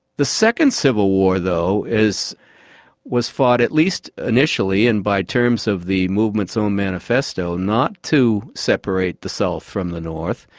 the second civil war though was fought at least initially, and by terms of the movement's own manifesto, not to separate the south from the north,